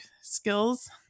skills